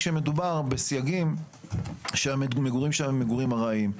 כשמדובר בסייג שהמגורים שלהם הם מגורים ארעיים.